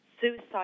suicide